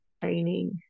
training